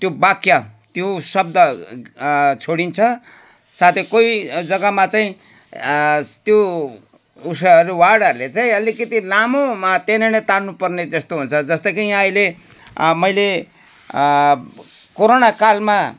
त्यो वाक्य त्यो शब्द छोडिन्छ साथै कोही जग्गामा चाहिँ त्यो उयसहरू वर्डहरूले चाहिँ अलिकति लामोमा तेनेने तान्नुपर्ने जस्तो हुन्छ जस्तो कि यहाँ अहिले मैले कोराना कालमा